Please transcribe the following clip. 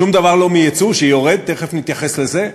שום דבר לא מיצוא, שיורד, תכף נתייחס לזה,